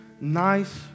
nice